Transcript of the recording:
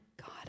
God